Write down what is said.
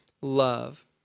love